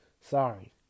Sorry